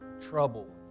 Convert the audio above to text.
trouble